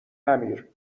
نمیر